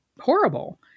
horrible